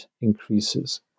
increases